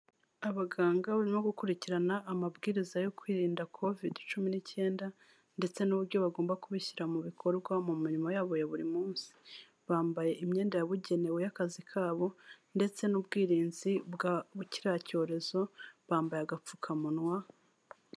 Abaganga barimo gukurikirana amabwiriza yo kwirinda kovidi cumi n'icyenda ndetse n'uburyo bagomba kubishyira mu bikorwa mu mirimo yabo ya buri munsi. Bambaye imyenda yabugenewe y'akazi kabo ndetse n'ubwirinzi bwa kiriya cyorezo, bambaye agapfukamunwa